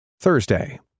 Thursday